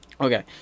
okay